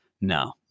no